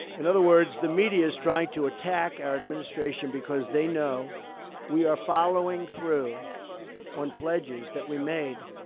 in other words, the media is trying to attack our administration because they know we are following through on pledges that we made,